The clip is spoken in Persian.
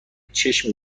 چشم